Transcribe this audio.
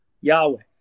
Yahweh